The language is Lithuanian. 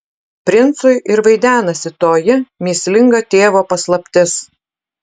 princui ir vaidenasi toji mįslinga tėvo paslaptis